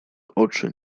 oczy